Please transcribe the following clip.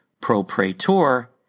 propraetor